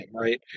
right